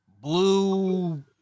blue